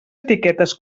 etiquetes